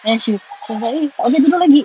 then she she very abeh dia baru lagi